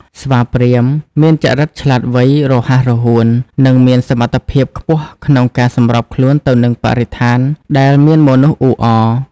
ស្វាព្រាហ្មណ៍មានចរិតឆ្លាតវៃ រហ័សរហួន និងមានសមត្ថភាពខ្ពស់ក្នុងការសម្របខ្លួនទៅនឹងបរិស្ថានដែលមានមនុស្សអ៊ូអរ។